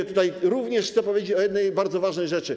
I tutaj również chcę powiedzieć o jednej bardzo ważnej rzeczy.